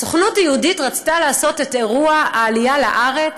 הסוכנות היהודית רצתה לעשות את אירוע העלייה לארץ,